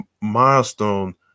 milestone